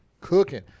Cooking